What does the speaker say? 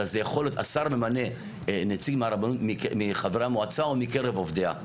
אלא זה יכול להיות השר ממנה נציג מחברי המועצה או מקרב עובדיה,